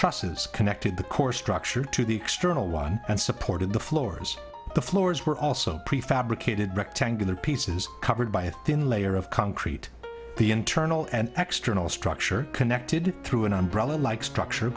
trusses connected the core structure to the external one and supporting the floors the floors were also prefabricated rectangular pieces covered by a thin layer of concrete the internal and external structure connected through an umbrella like structure